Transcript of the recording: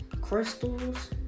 crystals